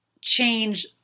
change